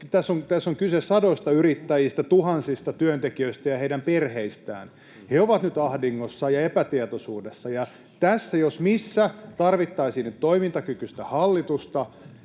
Tässä on kyse sadoista yrittäjistä, tuhansista työntekijöistä ja heidän perheistään. He ovat nyt ahdingossa ja epätietoisuudessa, ja tässä jos missä tarvittaisiin nyt toimintakykyistä hallitusta